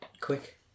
quick